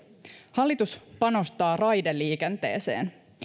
hallitus panostaa raideliikenteeseen